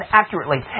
accurately